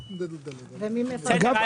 הוא אמר כבר.